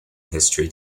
history